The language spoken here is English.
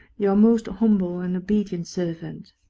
your most humble and obedient servant.